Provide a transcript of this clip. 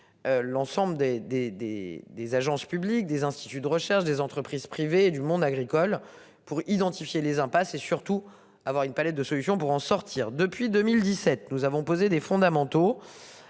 des des des agences publiques des instituts de recherche des entreprises privées du monde agricole pour identifier les impasses et surtout avoir une palette de solutions pour en sortir. Depuis 2017, nous avons posé des fondamentaux